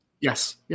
Yes